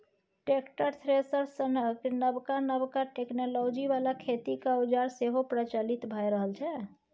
tractor, thresher सनक नबका नबका टेक्नोलॉजी बला खेतीक औजार सेहो प्रचलित भए रहल छै